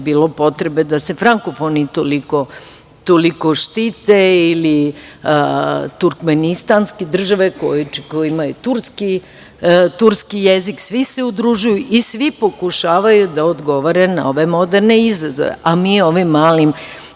bilo potrebe da se frankofoni toliko štite ili turkmenistanske države koje imaju turski jezik. Svi se udružuju i svi pokušavaju da odgovore na ove moderne izazove, a mi ovim malim